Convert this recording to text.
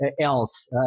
else